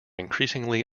increasingly